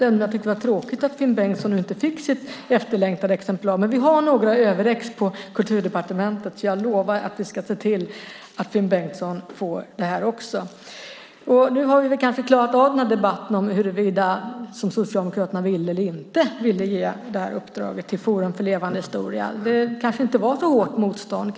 Det enda jag tycker är tråkigt är att Finn Bengtsson inte fick sitt efterlängtade exemplar, men vi har några exemplar över på Kulturdepartementet, så jag lovar att se till att Finn Bengtsson får ett exemplar. Vi har nu kanske klarat av debatten om huruvida Socialdemokraterna ville eller inte ville ge det här uppdraget till Forum för levande historia. Det kanske inte var så hårt motstånd.